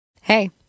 Hey